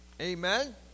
Amen